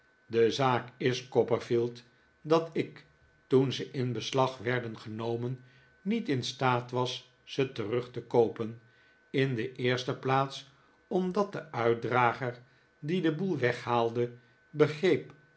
de zaak is copperfield dat ik toen ze in beslag werden genomen niet in staat was ze terug te koopen in de eerste plaats omdat de uitdrager die den boel weghaalde begreep